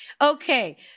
Okay